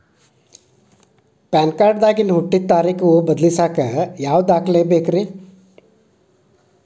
PAN card ದಾಗಿನ ಹುಟ್ಟಿದ ತಾರೇಖು ಬದಲಿಸಾಕ್ ಯಾವ ದಾಖಲೆ ಬೇಕ್ರಿ?